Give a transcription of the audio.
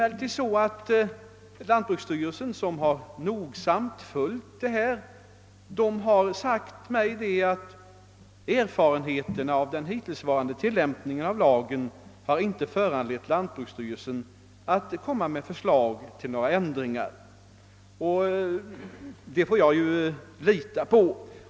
Lantbruksstyrelsen har noga följt frågan och har sagt mig att erfarenheterna av den hittillsvarande tillämpningen av lagen inte har föranlett lantbruksstyrelsen att lägga fram förslag till ändringar. Detta måste jag lita på.